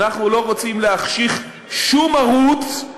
אנחנו לא רוצים להחשיך שום ערוץ,